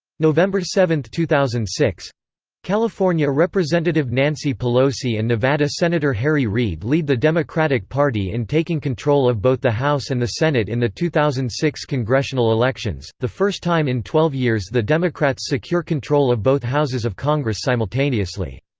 november seven, two thousand and six california representative nancy pelosi and nevada senator harry reid lead the democratic party in taking control of both the house and the senate in the two thousand and six congressional elections, the first time in twelve years the democrats secure control of both houses of congress simultaneously.